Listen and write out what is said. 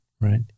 right